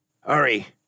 Hurry